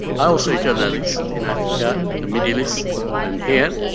i was a journalist in africa, the middle east and here.